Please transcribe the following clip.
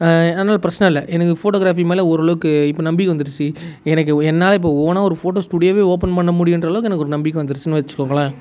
அதனால் பிரச்சனை இல்லை எனக்கு ஃபோட்டோகிராஃபி மேலே ஓரளவுக்கு இப்போ நம்பிக்கை வந்துடுச்சி எனக்கு என்னால் இப்போ ஓனாக ஒரு ஃபோட்டோ ஸ்டுடியோவை ஓப்பன் பண்ண முடியும்ன்ற அளவுக்கு எனக்கு ஒரு நம்பிக்கை வந்துடுச்சின்னு வைச்சிக்கோங்களேன்